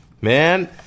man